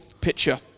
picture